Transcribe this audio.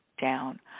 down